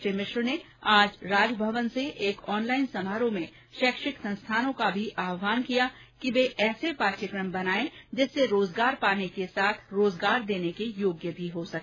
श्री मिश्र ने आज राजभवन से एक ऑनलाईन समारोह मे शैक्षिक संस्थानों का भी आह्वान किया कि वे ऐसे पाठ्यक्रम बनाए जिससे रोजगार पाने के साथ रोजगार देने के योग्य भी हो सके